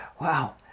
Wow